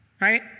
Right